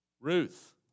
Ruth